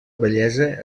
bellesa